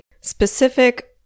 specific